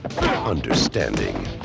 understanding